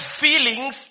feelings